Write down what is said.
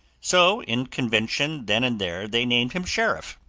so, in convention then and there, they named him sheriff.